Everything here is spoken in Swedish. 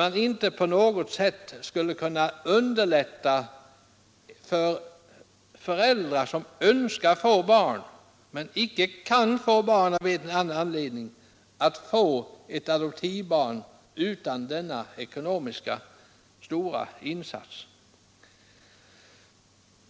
man inte på något sätt skulle kunna underlätta för personer som önskar men icke själva kan få barn av en eller annan anledning att skaffa sig ett adoptivbarn utan denna stora ekonomiska insats.